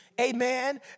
Amen